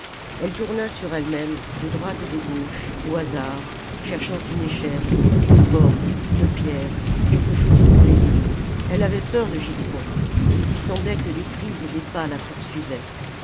elle tourna sur elle-même de droite et de gauche au hasard cherchant une échelle une corde une pierre quelque chose pour l'aider elle avait peur de giscon et il lui semblait que des cris et des pas la poursuivaient